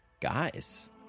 guys